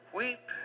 weep